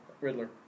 Riddler